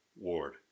Ward